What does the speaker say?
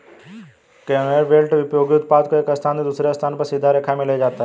conveyor belt उपयोगी उत्पाद को एक स्थान से दूसरे स्थान पर सीधी रेखा में ले जाता है